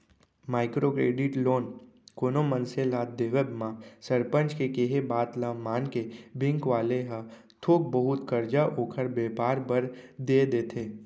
micro credit loan कोनो मनसे ल देवब म सरपंच के केहे बात ल मानके बेंक वाले ह थोक बहुत करजा ओखर बेपार बर देय देथे